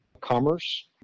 Commerce